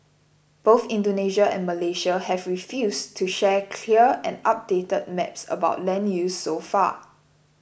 both Indonesia and Malaysia have refused to share clear and updated maps about land use so far